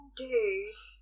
dude